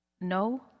No